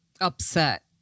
upset